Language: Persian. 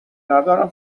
ندارم